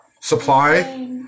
supply